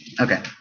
Okay